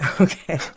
Okay